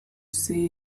see